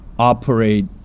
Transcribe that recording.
Operate